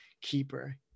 keeper